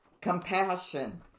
compassion